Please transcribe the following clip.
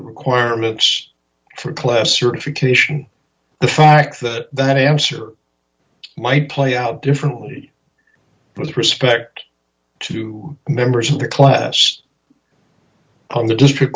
requirements for class certification the fact that that amps are might play out differently with respect to members of the class on the district